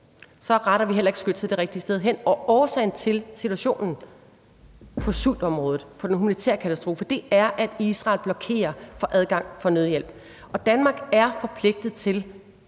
så retter vi heller ikke skytset det rigtige sted hen. Årsagen til situationen med sultområdet og den humanitære katastrofe er, at Israel blokerer for adgang til nødhjælp. Og Danmark er forpligtet til